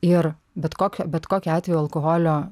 ir bet kokio bet kokiu atveju alkoholio